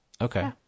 Okay